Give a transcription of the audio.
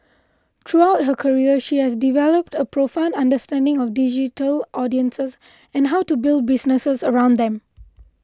throughout her career she has developed a profound understanding of digital audiences and how to build businesses around them